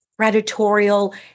predatorial